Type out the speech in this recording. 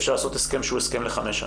אפשר לעשות הסכם שהוא הסכם לחמש שנים,